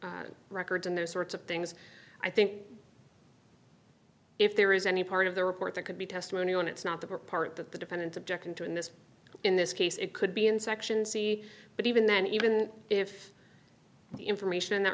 or records and those sorts of things i think if there is any part of the report that could be testimony on it's not the part that the defendant objected to in this in this case it could be in section c but even then even if the information in that